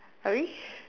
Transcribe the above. sorry